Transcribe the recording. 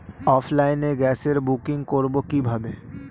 অফলাইনে গ্যাসের বুকিং করব কিভাবে?